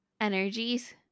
energies